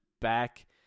back